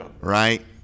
right